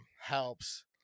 helps